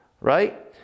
right